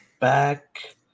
back